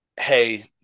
hey